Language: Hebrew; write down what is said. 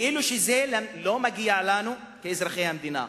כאילו זה לא מגיע לנו כאזרחי המדינה.